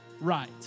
right